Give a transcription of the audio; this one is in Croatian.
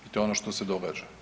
I to je ono što se događa.